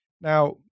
Now